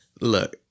look